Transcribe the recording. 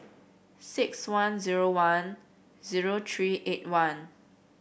six one zero one zero three eight one